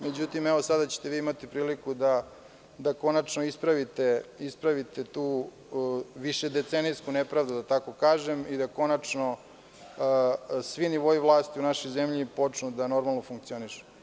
Međutim, sada ćete imati priliku da konačno ispravite tu višedecenijsku nepravdu, da tako kažem, i da konačno svi nivoi vlasti u našoj zemlji počnu da normalno funkcionišu.